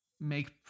Make